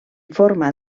forma